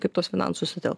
kaip tuos finansus įtilpt